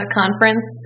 conference